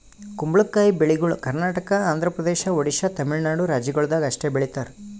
ಕುಂಬಳಕಾಯಿ ಬೆಳಿಗೊಳ್ ಕರ್ನಾಟಕ, ಆಂಧ್ರ ಪ್ರದೇಶ, ಒಡಿಶಾ, ತಮಿಳುನಾಡು ರಾಜ್ಯಗೊಳ್ದಾಗ್ ಅಷ್ಟೆ ಬೆಳೀತಾರ್